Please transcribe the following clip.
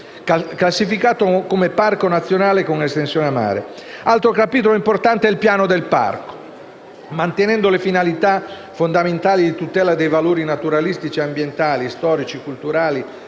classificato come parco nazionale con estensione a mare. Altro capitolo importante è il piano del parco. Mantenendo le finalità fondamentali di tutela dei valori naturalistico-ambientali, storici, culturali,